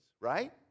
right